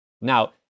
Now